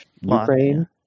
Ukraine